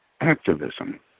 activism